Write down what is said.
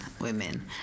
women